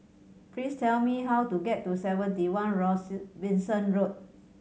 please tell me how to get to Seventy One Robinson Road